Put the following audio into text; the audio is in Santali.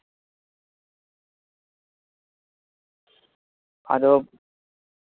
ᱟᱫᱚ